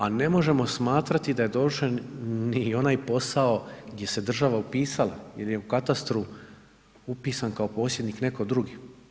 A ne možemo smatrati da je dovršen ni onaj posao gdje se država upisala jer je u katastru upisan kao posjednik netko drugi.